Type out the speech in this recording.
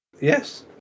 yes